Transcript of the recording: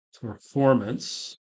performance